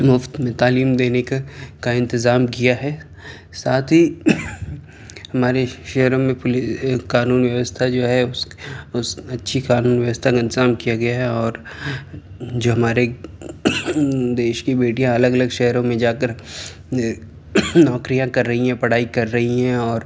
مفت میں تعلیم دینے کا کا انتظام کیا ہے ساتھ ہی ہمارے شہروں میں قانون ویوستھا جو ہے اس اچھی قانون ویہ وستھا کا انتظام کیا گیا ہے اور جو ہمارے دیش کی بیٹیاں الگ الگ شہروں میں جا کر نوکریاں کر رہی ہیں پڑھائی کر رہی ہیں اور